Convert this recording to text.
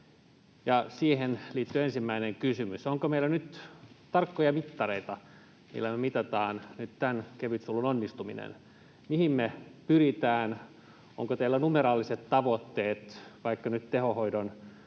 siihen liittyy ensimmäinen kysymys: Onko meillä tarkkoja mittareita, millä me mitataan nyt tämän kevytsulun onnistuminen? Mihin me pyritään? Onko teillä vaikka nyt tehohoidon